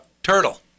Turtle